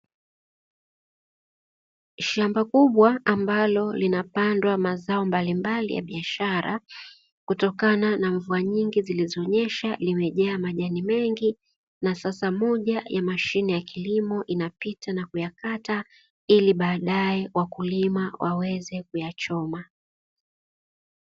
Shamba kubwa ambalo linapandwa mazao mbalimbali ya biashara, kutokana na mvua nyingi zilizoonyesha limejaa majani mengi, na sasa moja ya mashine ya kilimo inapita na kuyakata ili baadaye wakulima waweze kuyachoma.